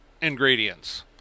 ingredients